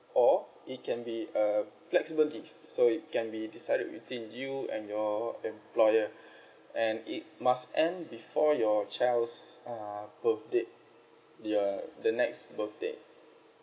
or it can be a flexible leave so it can be decided within you and your employer and it must end before your child's uh birthday the uh the next birthday